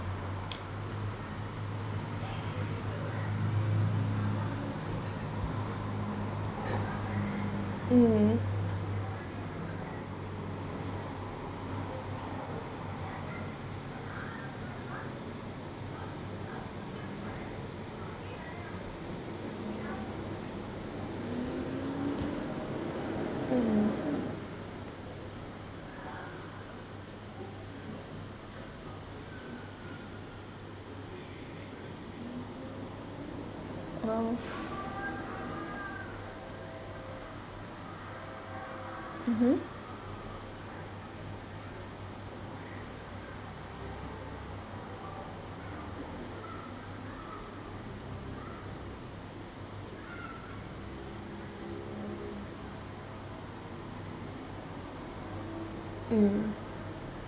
oh uh uh mm